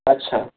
আচ্ছা